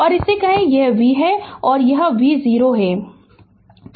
और कहें कि यह v है और यह v0 है